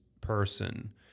person